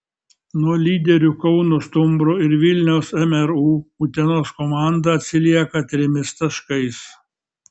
nuo lyderių kauno stumbro ir vilniaus mru utenos komanda atsilieka trimis taškais